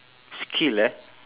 skill eh